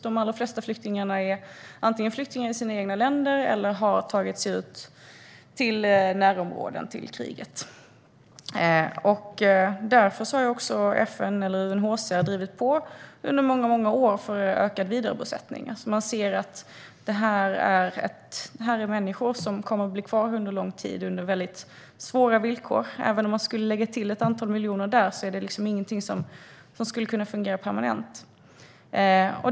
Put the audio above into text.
De allra flesta flyktingarna är flyktingar i sina egna länder eller har tagit sig ut från kriget till närområdet. Därför har också UNHCR under många år drivit på för ökad vidarebosättning. Man ser att det här är människor som kommer att bli kvar under lång tid under väldigt svåra villkor. Även om man skulle lägga till ett antal miljoner är det ingenting som skulle kunna fungera permanent.